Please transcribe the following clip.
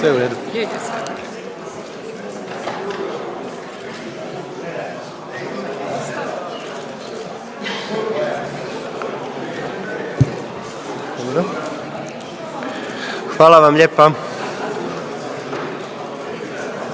Hvala vam lijepo